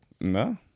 No